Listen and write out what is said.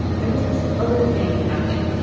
there was this other thing happening,